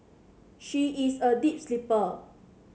she is a deep sleeper